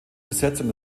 besetzung